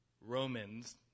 Romans